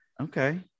Okay